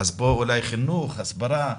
אולי פה צריך חינוך או הסברה,